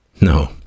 No